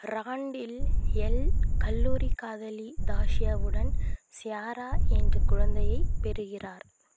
ரஹாண்டில் எல் கல்லூரி காதலி தாஷியாவுடன் சியாரா என்ற குழந்தையைப் பெறுகிறார்